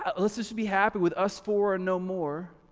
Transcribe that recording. ah let's just be happy with us four and no more.